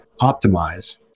optimize